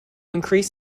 increase